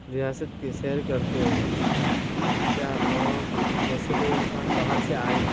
ریاست کی سیر کرتے ہوئے سیاح عوام جیسے کوئی انسان باہر سے آئے